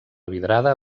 vidrada